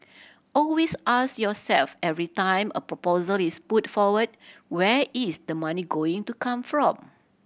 always ask yourself every time a proposal is put forward where is the money going to come from